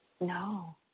No